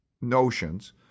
notions